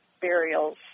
burials